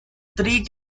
three